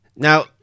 Now